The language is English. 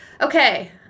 Okay